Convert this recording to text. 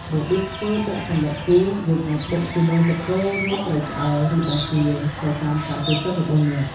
របៀបធ្វើបុកសណ្ដែកគួរ យើងអាចបុកជាមួយ សាច់គោ ឬ ត្រីឆ្អើរ ឬ បង្គា ទៅតាមការចូលចិត្តរបស់អ្នក។